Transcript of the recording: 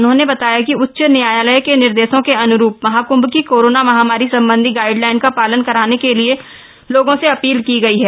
उन्होंने बताया कि उच्च न्यायालय के निर्देशों के अन्रूप महाकृंभ की कोरोना महामारी संबंधी गाइडलाइन का पालन कराने के लिए लोगों से अपील की गई है